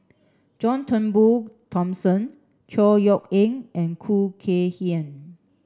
John Turnbull Thomson Chor Yeok Eng and Khoo Kay Hian